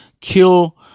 kill